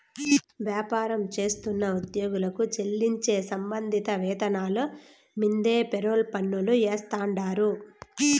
వ్యాపారం చేస్తున్న ఉద్యోగులకు చెల్లించే సంబంధిత వేతనాల మీన్దే ఫెర్రోల్ పన్నులు ఏస్తాండారు